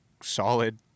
solid